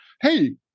hey